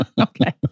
Okay